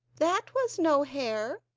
that was no hare,